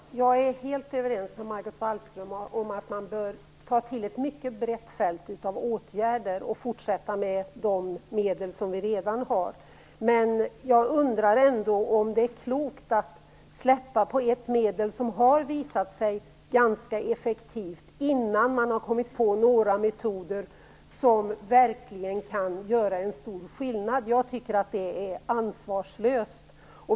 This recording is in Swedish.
Fru talman! Jag är helt överens med Margot Wallström om att man bör ta till ett mycket brett fält av åtgärder och fortsätta med de medel som vi redan har. Men jag undrar ändå om det är klokt att släppa ett medel som har visat sig ganska effektivt innan man har kommit på några metoder som verkligen kan göra en stor skillnad. Jag tycker att det är ansvarslöst.